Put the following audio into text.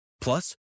Plus